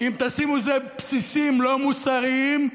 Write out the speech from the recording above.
אם תשימו בסיסים לא מוסריים,